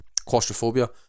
claustrophobia